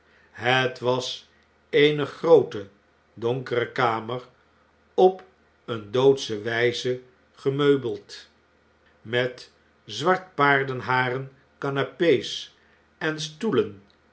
het was eene groote donkere kamer op een doodsche wpe gemeubeld met zwart paardenharen canape's en stoelen